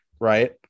right